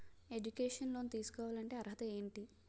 Educational loan తీసుకోవాలంటే అర్హత ఏంటి?